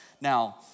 Now